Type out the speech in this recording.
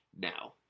now